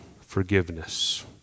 forgiveness